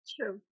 true